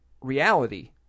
reality